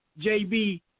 JB